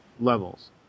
levels